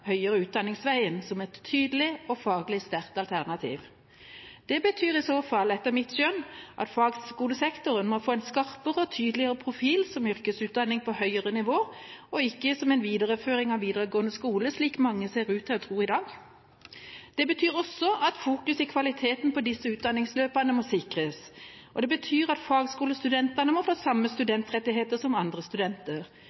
høyere utdanningsveien som et tydelig og faglig sterkt alternativ. Det betyr i så fall etter mitt skjønn at fagskolesektoren må få en skarpere og tydeligere profil som yrkesutdanning på høyere nivå, og ikke som en videreføring av videregående skole, slik mange ser ut til å tro i dag. Det betyr også at fokus i kvaliteten på disse utdanningsløpene må sikres. Det betyr at fagskolestudentene må få samme